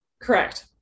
Correct